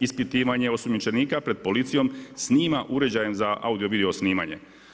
ispitivanje osumnjičenika pred policijom snima uređajem za audio-video snimanje.